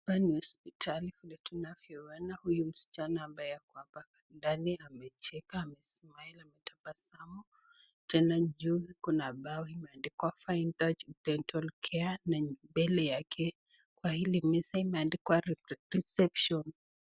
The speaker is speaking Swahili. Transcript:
Kwenye hospitali fulani huyu msichana ambaye ako hapa ndani amecheka, amesmile, ametabasamu. Tena juu kuna bao imeandikwa Fine Touch Dent.